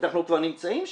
אנחנו כבר נמצאים שם.